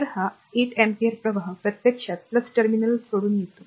तर हा 8 अँपिअर प्रवाह प्रत्यक्षात टर्मिनल सोडून येतो